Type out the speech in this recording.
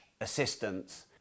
assistance